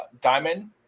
Diamond